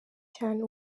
cyane